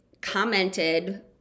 commented